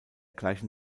gleichen